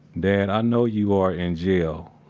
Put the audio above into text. dad, i know you are in jail.